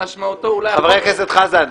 שמשמעותו אולי --- חבר הכנסת חזן,